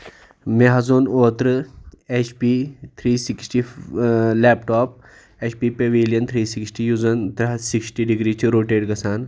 مےٚ حٕظ اوٚن اوترٕ H P three sixty laptop H P pavilion یُس زَن ترےٚ ہتھ سِکسٹی ڈِگری چھُ روٹیٹ گَژھان